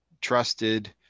trusted